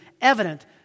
evident